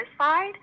satisfied